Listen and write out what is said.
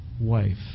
wife